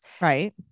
right